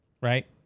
right